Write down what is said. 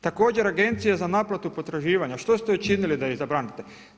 Također agencija za naplatu potraživanja, što ste učinili da ih zabranite?